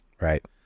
Right